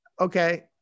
Okay